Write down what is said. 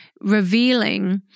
revealing